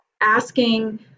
asking